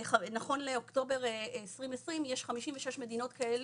נכון לאוקטובר 2020 יש 56 מדינות כאלה,